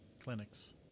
clinics